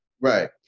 Right